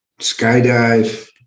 skydive